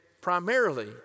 primarily